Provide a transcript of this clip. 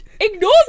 ignore